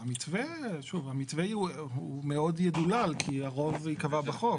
המתווה מאוד ידולל כי הרוב ייקבע בחוק.